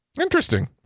Interesting